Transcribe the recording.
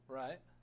right